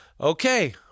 okay